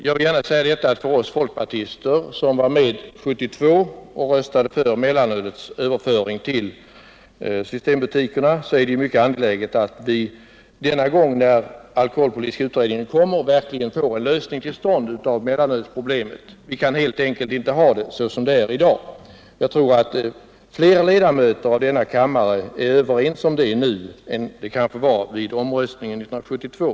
Jag vill gärna säga att för oss folkpartister som 1972 var med om att rösta för ett överförande av mellanölet till systembolagsbutikerna är det mycket angeläget att vi denna gång, när alkoholpolitiska utredningens betänkande framläggs, verkligen får till stånd en lösning av mellanölsproblemet. Vi kan helt enkelt inte ha det så som det är i dag. Jag tror också att fler ledamöter av denna kammare är överens om det i dag än vid omröstningen 1972.